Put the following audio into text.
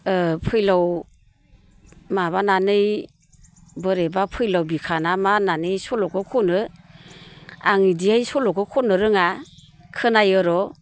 फैलाव माबानानै बोरैबा फैलाव बिखा ना मा होन्नानै सल'खौ खनो आं बिदियै सल'खौ खननो रोङा खोनायो र'